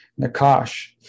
Nakash